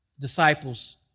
disciples